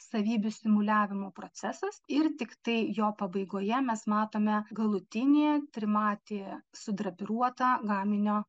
savybių simuliavimo procesas ir tiktai jo pabaigoje mes matome galutinį trimatį sudrapiruotą gaminio